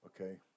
Okay